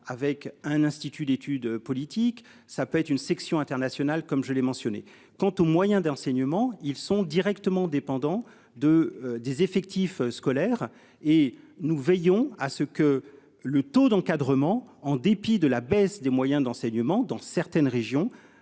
avec un institut d'études politiques, ça peut être une section internationale comme je l'ai mentionné quant aux moyens d'enseignement ils sont directement dépendants de des effectifs scolaires et nous veillons à ce que le taux d'encadrement en dépit de la baisse des moyens d'enseignement dans certaines régions